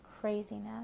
craziness